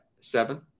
seven